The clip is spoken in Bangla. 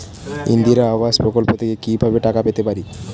ইন্দিরা আবাস প্রকল্প থেকে কি ভাবে টাকা পেতে পারি?